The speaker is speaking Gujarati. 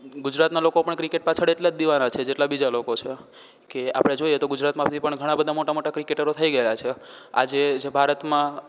ગુજરાતનાં લોકો પણ ક્રિકેટ પાછળ એટલા જ દિવાના છે જેટલા બીજા લોકો છે કે આપણે જોઈએ તો ગુજરાતમાંથી પણ ઘણાબધા મોટા મોટા ક્રિકેટરો થઈ ગએલા છે આજે જે ભારતમાં